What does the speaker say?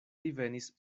divenis